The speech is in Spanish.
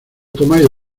tomáis